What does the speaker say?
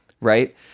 right